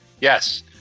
Yes